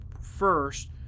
first